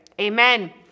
Amen